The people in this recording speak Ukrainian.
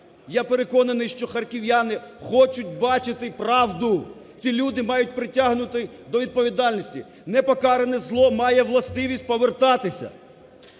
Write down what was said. я переконаний, що харків'яни хочуть бачити правду, ці люди мають притягнути до відповідальності, непокаране зло має властивість повертатися.